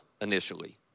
initially